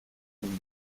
ligne